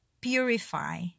purify